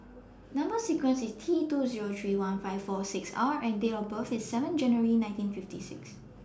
Number sequence IS T two Zero three one five four six R and Date of birth IS seven January nineteen fifty six